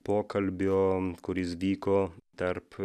pokalbio kuris vyko tarp